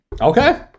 Okay